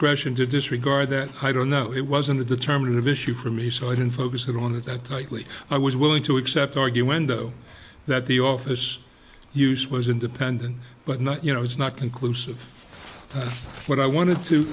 discretion to disregard that i don't know it was in the determinative issue for me so i didn't focus it on it that tightly i was willing to accept argue window that the office use was independent but not you know it's not conclusive what i wanted to